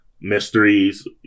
mysteries